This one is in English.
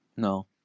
No